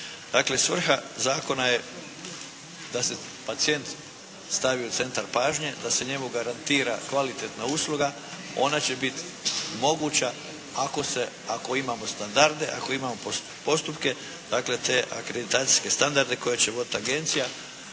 Dakle svrha zakona je da se pacijent stavi u centar pažnje, da se njemu garantira kvalitetna usluga. Ona će biti moguća ako imamo standarde, ako imamo postupke, dakle te akreditacijske standarde koje će voditi agencija